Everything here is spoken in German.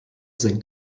senkt